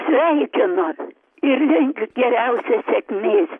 sveikinuos ir linkiu geriausios sėkmės